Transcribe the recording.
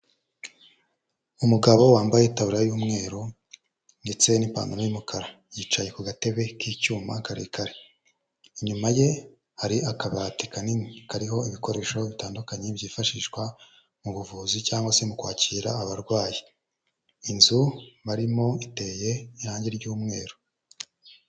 Umugabo wambaye itaburiya y'umweru ndetse n'ipantaro y'umukara, yicaye ku gatebe k'icyuma karekare, inyuma ye hari akabati kanini kariho ibikoresho bitandukanye byifashishwa mu buvuzi cyangwa se mu kwakira abarwayi, inzu barimo iteye irangi ry'umweru.